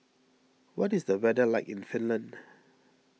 what is the weather like in Finland